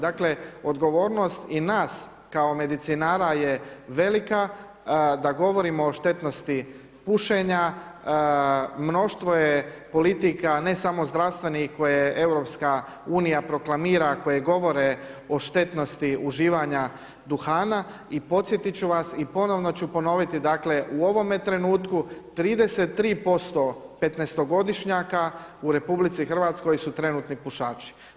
Dakle, odgovornost i nas kao medicinara je velika da govorimo o štetnosti pušenja, mnoštvo je politika ne samo zdravstvenih koje je EU proklamira koje govore o štetnosti uživanja duhana i podsjetit ću vas i ponovno ću ponoviti, dakle u ovome trenutku 33% 15-godišnjaka u RH su trenutni pušači.